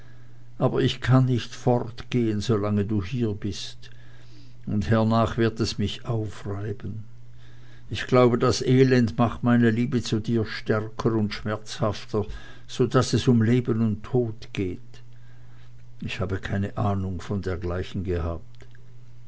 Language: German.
aber ich kann noch nicht fortgehen solange du hier bist und hernach wird es mich aufreiben ich glaube das elend macht meine liebe zu dir stärker und schmerzhafter so daß es um leben und tod geht ich habe von dergleichen keine ahnung gehabt